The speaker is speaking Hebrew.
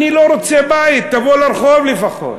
אני לא רוצה לבית, תבוא לרחוב לפחות.